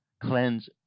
cleanse